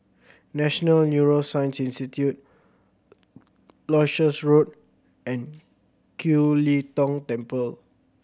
National Neuroscience Institute Leuchars Road and Kiew Lee Tong Temple